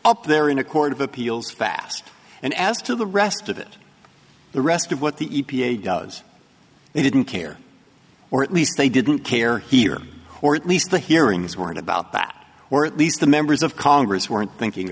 up there in a court of appeals fast and as to the rest of it the rest of what the e p a does they didn't care or at least they didn't care here or at least the hearings weren't about that or at least the members of congress weren't thinking